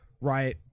Right